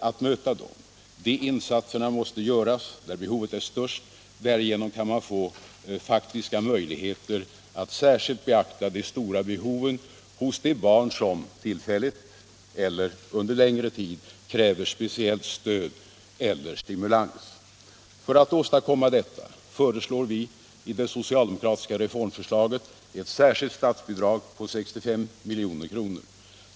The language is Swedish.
att möta dem. De 3 februari 1977 insatserna måste göras där behovet är störst. Därigenom kan man få i faktiska möjligheter att särskilt beakta de stora behoven hos de barn Allmänpolitisk som, tillfälligt eller under längre tid, kräver speciellt stöd eller stimulans. debatt För att åstadkomma detta föreslår vi i det socialdemokratiska reformförslaget ett särskilt statsbidrag på 65 milj.kr.